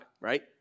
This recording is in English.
right